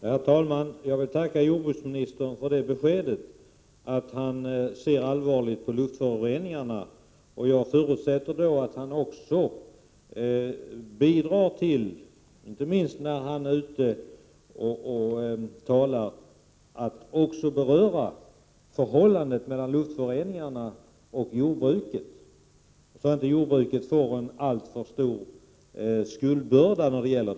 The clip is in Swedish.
Herr talman! Jag vill tacka jordbruksministern för beskedet att han ser allvarligt på luftföroreningarna. Jag förutsätter att han då han är ute och talar också berör förhållandet mellan luftföroreningarna och jordbruket, så att jordbruket inte får bara en alltför stor skuldbörda i denna fråga.